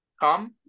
come